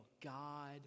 God